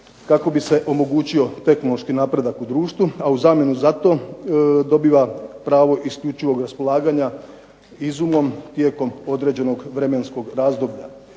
kako bi se omogućio tehnološki napredak u društvu, a u zamjenu za to dobiva pravo isključivog raspolaganja izumom tijekom određenog vremenskog razdoblja.